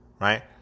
right